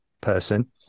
person